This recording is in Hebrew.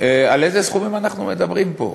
על איזה סכומים אנחנו מדברים פה.